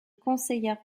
conseillère